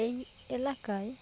এই এলাকায়